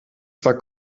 zwar